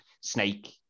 Snake